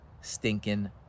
stinking